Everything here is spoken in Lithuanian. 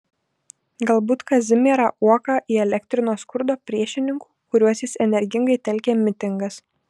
galbūt kazimierą uoką įelektrino skurdo priešininkų kuriuos jis energingai telkė mitingas